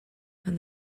when